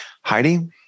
Heidi